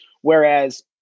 Whereas